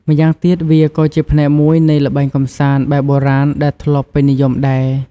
ម៉្យាងទៀតវាក៏ជាផ្នែកមួយនៃល្បែងកំសាន្តបែបបុរាណដែលធ្លាប់ពេញនិយមដែរ។